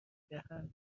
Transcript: دهد